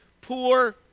poor